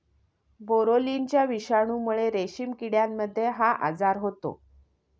बोरोलिनाच्या विषाणूमुळे रेशीम किड्यांमध्ये हा आजार होतो